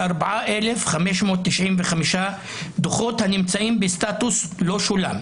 354,595 דוחות, הנמצאים בסטטוס "לא שולם".